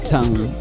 Tongue